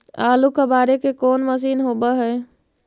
आलू कबाड़े के कोन मशिन होब है?